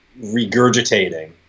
regurgitating